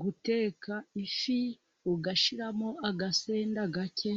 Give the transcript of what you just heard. Guteka ifi ugashyiramo agasenda gake